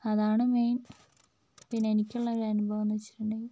അതാണ് മെയിൻ പിന്നെ എനിക്കുള്ള ഒരനുഭവം എന്ന് വെച്ചിട്ടുണ്ടെങ്കിൽ